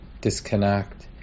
disconnect